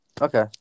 Okay